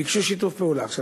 ביקשו שיתוף פעולה.